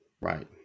Right